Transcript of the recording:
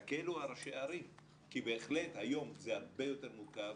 תקלו על ראשי הערים כי בהחלט היום זה הרבה יותר מורכב.